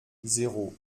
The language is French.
zéro